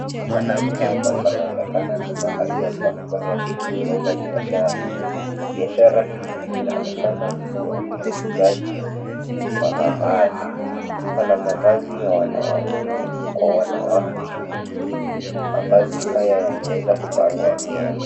Mahali hapa panaonekana ni mahali ambapo panaendeleza biashara. Biashara hii inaonekana kua ni ya uuzaji ya mavazi. Pana mavazi ya wanaume kwa wanawake. Mavazi haya yameweza kupangwa vyema.